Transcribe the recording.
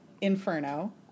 Inferno